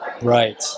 Right